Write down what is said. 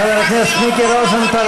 חבר הכנסת מיקי רוזנטל,